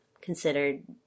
considered